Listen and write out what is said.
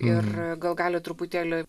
ir gal galit truputėlį